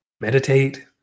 Meditate